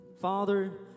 Father